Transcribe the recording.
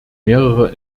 mehrere